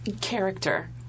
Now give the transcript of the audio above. character